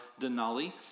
Denali